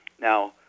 Now